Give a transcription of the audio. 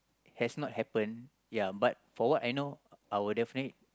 has not happen ya but for what I know I will definitely